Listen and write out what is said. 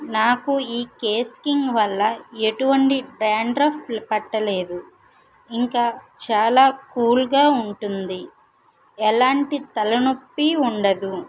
నాకు ఈ కేస్ కింగ్ వల్ల ఎటువంటి డ్యాన్డ్రఫ్ పట్టలేదు ఇంకా చాలా కూల్ గా ఉంటుంది ఎలాంటి తలనొప్పి ఉండదు